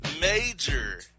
Major